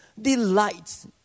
delights